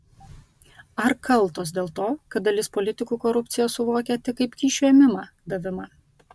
ar kaltos dėl to kad dalis politikų korupciją suvokia tik kaip kyšio ėmimą davimą